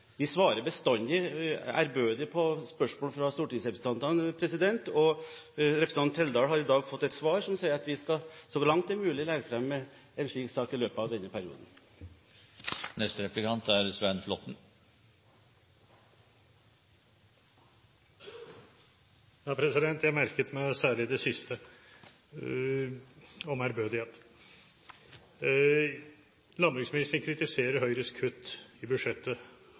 Vi svarer bestandig ærbødig på spørsmål fra stortingsrepresentantene, og representanten Trældal har i dag fått et svar som sier at vi, så fremt det er mulig, skal legge fram en slik sak i løpet av denne perioden. Jeg merket meg særlig det siste, om ærbødighet. Landbruksministeren kritiserer Høyres kutt i budsjettet,